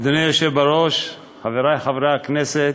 אדוני היושב בראש, חברי חברי הכנסת,